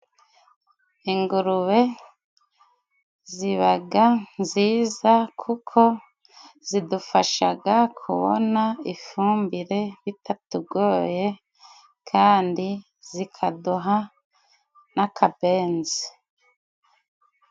Ingurube zibaga nziza kuko zidufashaga kubona ifumbire bitatugoye, kandi zikaduha n'akabenzi.